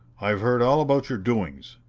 i've heard all about your doings.